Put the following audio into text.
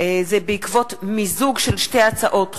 זה בעקבות מיזוג של שתי הצעות חוק,